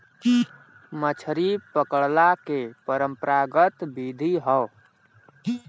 मछरी पकड़ला के परंपरागत विधि हौ